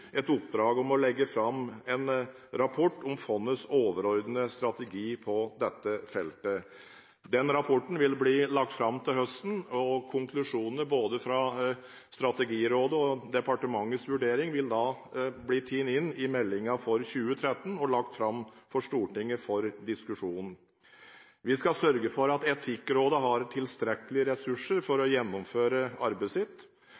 et oppdrag om å legge fram en rapport om fondets overordnede strategi på dette feltet. Den rapporten vil bli lagt fram til høsten, og konklusjonene fra Strategirådet og departementets vurdering vil bli tatt inn i meldingen for 2013 og lagt fram for Stortinget for diskusjon. Vi skal sørge for at Etikkrådet har tilstrekkelige ressurser til å gjennomføre arbeidet sitt.